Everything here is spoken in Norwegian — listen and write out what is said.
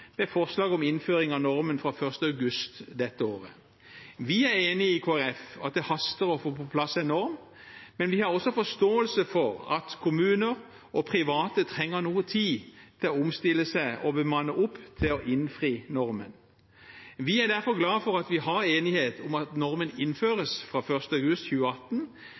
forslag om innføring av normen fra 1. august dette året. Vi i Kristelig Folkeparti er enig i at det haster å få på plass en norm, men vi har også forståelse for at kommuner og private trenger noe tid til å omstille seg og bemanne opp for å innfri normen. Vi er derfor glade for at det er enighet om at normen innføres fra 1. august 2018,